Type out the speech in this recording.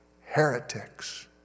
heretics